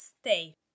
stay